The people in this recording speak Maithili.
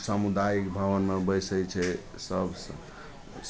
सामुदायिक भवनमे बैसैत छै सभ